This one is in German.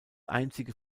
einzige